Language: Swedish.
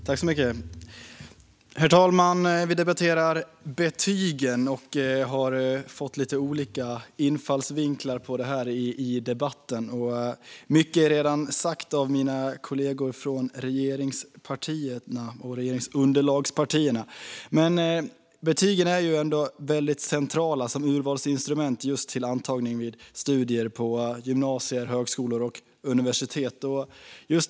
Herr talman! Vi debatterar betygen och har i debatten fått lite olika infallsvinklar på detta. Mycket är redan sagt av mina kollegor från regeringspartierna och regeringsunderlaget, men så är betygen också centrala som urvalsinstrument för antagning till studier på gymnasium, högskola och universitet.